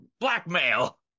blackmail